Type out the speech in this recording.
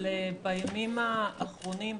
אבל בימים האחרונים,